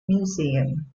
museum